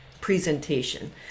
presentation